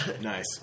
Nice